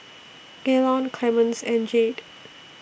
Gaylon Clemence and Jade